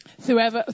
throughout